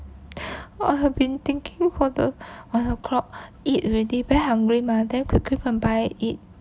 !wah! have been thinking for the one o' clock eat already very hungry mah then quickly come buy and eat